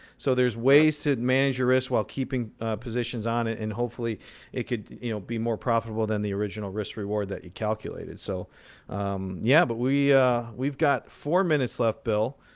so there's ways to manage your risk while keeping positions on it. and hopefully it could you know be more profitable than the original risk-reward that you calculated. so yeah, but we we've got four minutes left, bill.